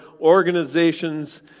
organizations